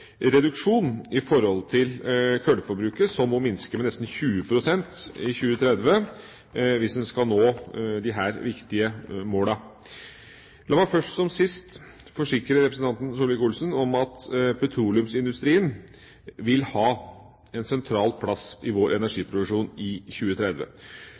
Kullforbruket må minskes med nesten 20 pst. i 2030 hvis en skal nå disse viktige målene. La meg først som sist forsikre representanten Solvik-Olsen om at petroleumsindustrien vil ha en sentral plass i vår energiproduksjon i 2030.